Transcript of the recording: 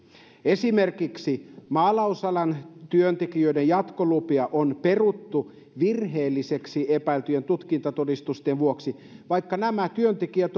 esimerkiksi maalausalan työntekijöiden jatkolupia on peruttu virheellisiksi epäiltyjen tutkintotodistusten vuoksi vaikka nämä työntekijät